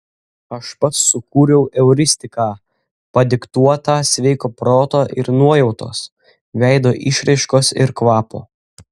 aš pats sukūriau euristiką padiktuotą sveiko proto ir nuojautos veido išraiškos ir kvapo